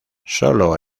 solo